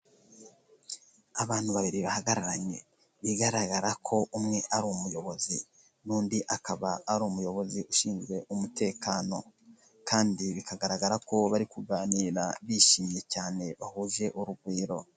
Abantu babiri bahagararanye, bigaragara ko umwe ari umuyobozi, n'undi akaba ari umuyobozi ushinzwe umutekano. Kandi bikagaragara ko bari kuganira bishimye cyane bahuje urugwiro.